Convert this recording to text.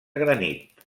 granit